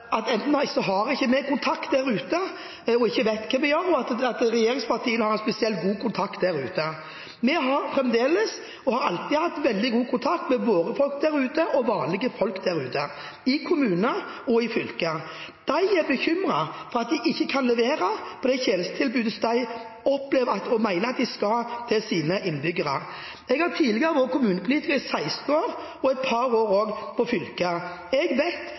ikke har kontakt der ute og ikke vet hva vi gjør, og at regjeringspartiene har en spesiell god kontakt der ute. Vi har fremdeles – og har alltid hatt – veldig god kontakt med våre folk der ute og vanlige folk der ute, i kommuner og i fylker. De er bekymret for at de ikke kan levere det tjenestetilbudet som de mener at de skal levere til sine innbyggere. Jeg har tidligere vært kommunepolitiker i 16 år – og et par år i fylket. Jeg vet